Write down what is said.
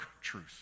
truth